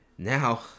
now